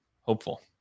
hopeful